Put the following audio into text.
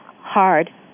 hard